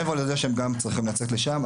מעבר לזה שהם גם צריכים לצאת לשם.